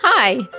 Hi